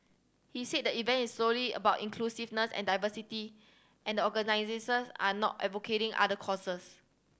he said the event is solely about inclusiveness and diversity and the organisers are not advocating other causes